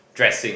dressing